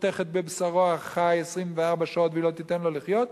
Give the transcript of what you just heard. חותכת בבשרו החי 24 שעות והיא לא תיתן לו לחיות,